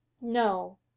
no